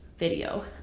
video